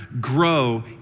grow